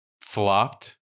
flopped